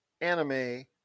anime